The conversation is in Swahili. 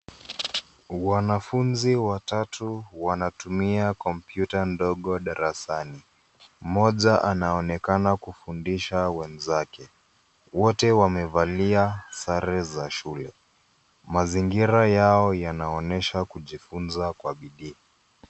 Wanafunzi watatu wanatumia kompyuta ndogo darasani mmoja anaonekana kufundisha wenzake wote wamevalia sare za shule mazingira yao yanaonyesha kujifunza kwa bidii.